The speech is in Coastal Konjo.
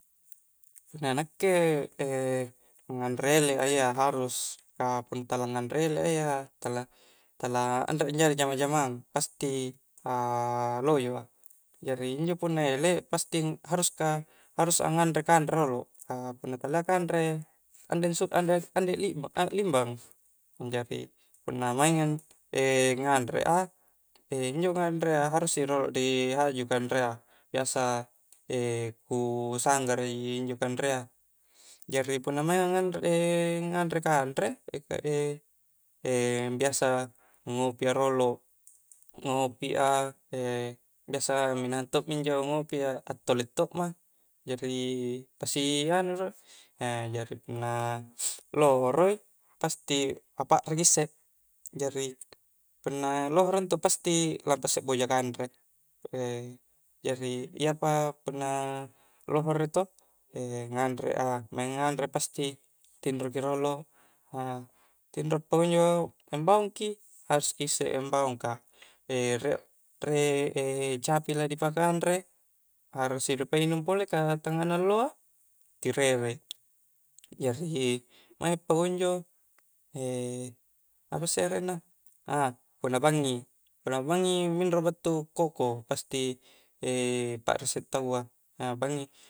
Punna nakke nganre elek a ia harus, ka punna tala nganre elek a ia anrek jari jama jamang pasti, a loyo a jari injo punna ellek, pasti harus ka-harus a nganre kanre rolo kaa punna talia kanre, andai ansu anda-anda i limbang, jari punna mainga nganre a, injo nganrea harus i rolo ri haju kanrea, biasa ku sangngaraji injo kanrea, jari punna maing a nganre kanre, biasa, ngopi a rolo, ngopi a, biasa minahang todomi tolena pasi anu i do, jari punna lohoro i pasti a pakre ki issek, jari punna lohoro intu pasti lampa issek boja kanre, jari iayapa punna lohoro to, nanre a maing a nganre, pasti a tinro ki rolo, tinro pakunjo ambaung ki, harus ki isse ambaung, ka riek riek capi ladi pakanre, harus i dipainung pole ka tangngana alloa, tirerei, jari maing pakunjo, apasse arenna, a punna bangngi, punna bangngi minro battu koko, pasti pakre issek tawwa, a bangngi.